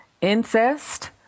incest